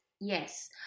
Yes